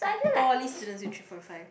poly students with three point five